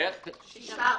יחיא (הרשימה המשותפת):